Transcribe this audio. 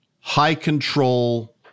high-control